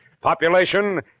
Population